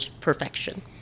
perfection